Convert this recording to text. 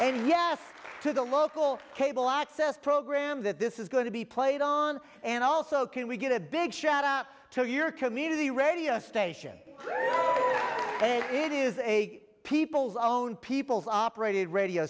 yes to the local cable access program that this is going to be played on and also can we get a big shot up to your community radio station it is a people's own people's operated radio